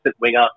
winger